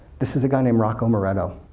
this is a guy named rocco moretto.